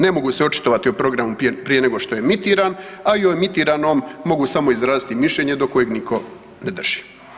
Ne mogu se očitovati o programu prije nego što je emitiran, a i o emitiranom mogu samo izraziti mišljenje do kojeg nitko ne drži.